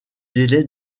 délai